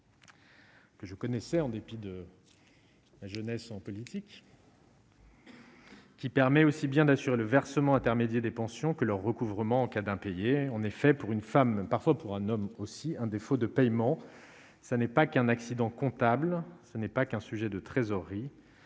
Que je connaissais en dépit de la jeunesse en politique. Qui permet aussi bien d'assurer le versement intermédiés des pensions que leur recouvrement en cas d'impayés en effet pour une femme par pour un homme aussi un défaut de paiement, ça n'est pas qu'un accident comptable, ce n'est pas qu'un sujet de trésorerie